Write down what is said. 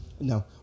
No